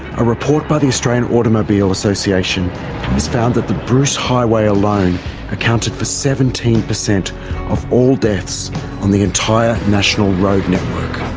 a report by the australian automobile association has found that the bruce highway alone accounted for seventeen per cent of all deaths on the entire national road network.